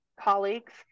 colleagues